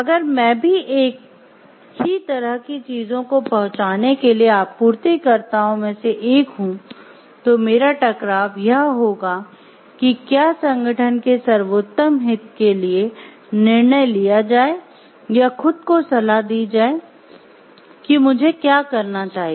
अगर मैं भी एक ही तरह की चीजों को पहुंचाने के लिए आपूर्तिकर्ताओं में से एक हूं तो मेरा टकराव यह होगा कि क्या संगठन के सर्वोत्तम हित के लिए निर्णय लिया जाए या खुद को सलाह दी जाए कि मुझे क्या करना चाहिए